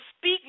speak